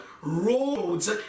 roads